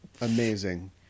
Amazing